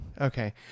Okay